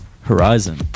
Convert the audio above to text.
horizon